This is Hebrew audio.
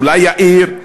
אולי יאיר?